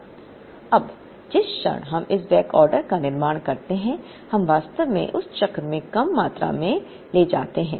अब जिस क्षण हम इस बैकऑर्डर का निर्माण करते हैं हम वास्तव में उस चक्र में कम मात्रा में ले जाते हैं